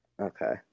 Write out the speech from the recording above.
Okay